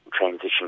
transition